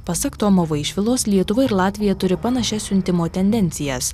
pasak tomo vaišvilos lietuva ir latvija turi panašias siuntimo tendencijas